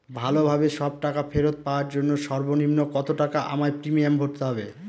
ভালোভাবে সব টাকা ফেরত পাওয়ার জন্য সর্বনিম্ন কতটাকা আমায় প্রিমিয়াম ভরতে হবে?